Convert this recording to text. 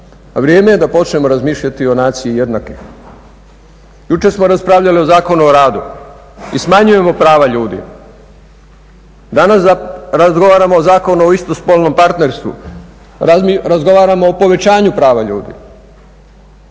Vrijeme je da počnemo razmišljati o naciji jednakih. Jučer smo raspravljali o Zakonu o radu i smanjujemo prava ljudi. Danas razgovaramo o Zakonu o istospolnom partnerstvu, razgovaramo o povećanju prava ljudi.